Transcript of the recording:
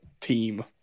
team